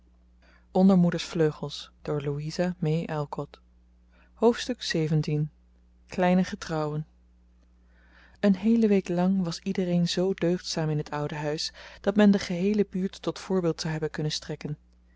hoofdstuk xvii kleine getrouwen een heele week lang was iedereen zoo deugdzaam in het oude huis dat men de geheele buurt tot voorbeeld zou hebben kunnen strekken